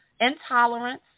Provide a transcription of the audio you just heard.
intolerance